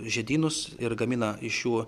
žiedynus ir gamina iš jų